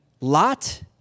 Lot